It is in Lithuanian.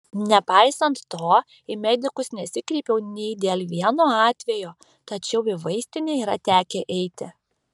nepaisant to į medikus nesikreipiau nei dėl vieno atvejo tačiau į vaistinę yra tekę eiti